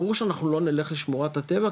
ברור שאנחנו לא נלך לשמורת הטבע,